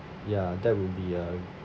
ya that will be a